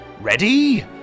Ready